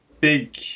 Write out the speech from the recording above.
big